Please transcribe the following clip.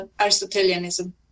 Aristotelianism